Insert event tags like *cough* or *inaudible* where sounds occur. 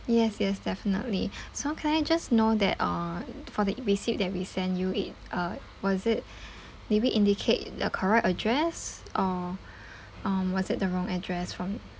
yes yes definitely *breath* so can I just know that uh for the E receipt that we send you it uh was it *breath* did we indicate the correct address or *breath* um was it the wrong address from